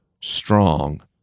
strong